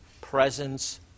presence